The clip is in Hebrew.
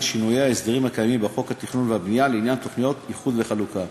שינוי ההסדרים הקיימים בחוק התכנון והבנייה לעניין תוכניות איחוד וחלוקה.